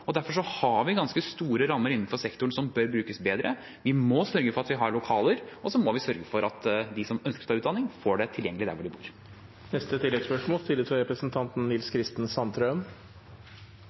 Derfor har vi ganske store rammer innenfor sektoren som bør brukes bedre. Vi må sørge for at vi har lokaler, og så må vi sørge for at de som ønsker å ta utdanning, får det tilgjengelig der hvor de bor.